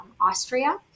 Austria